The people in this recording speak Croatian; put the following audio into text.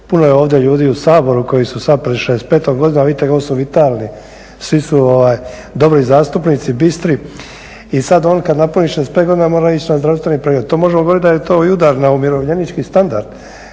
Puno je ovdje ljudi u Saboru koji su sad pred šezdeset petom godinom, a vidite kako su vitalni. Svi su dobri zastupnici, bistri i sad on kad napuni 65 godina mora ići na zdravstveni pregled. To možemo govoriti da je to i udar na umirovljenički standard,